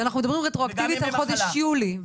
ואנחנו מדברים רטרואקטיבית על חודש יולי.